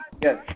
Yes